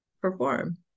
perform